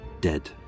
dead